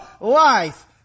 life